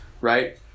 Right